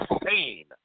Insane